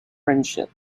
friendship